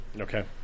Okay